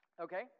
Okay